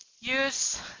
use